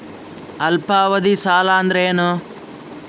ಅಲ್ಪಾವಧಿ ಸಾಲ ಅಂದ್ರ ಏನು?